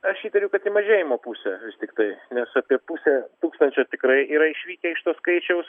aš įtariu kad į mažėjimo pusę vis tiktai nes apie pusė tūkstančio tikrai yra išvykę iš to skaičiaus